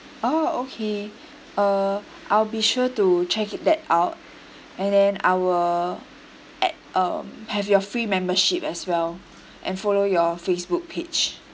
oh okay uh I'll be sure to check it that out and then I will at um have your free membership as well and follow your facebook page